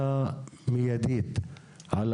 אבל